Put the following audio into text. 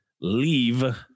leave